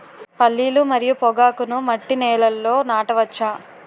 పల్లీలు మరియు పొగాకును మట్టి నేలల్లో నాట వచ్చా?